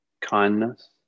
Kindness